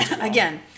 again